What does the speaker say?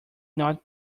not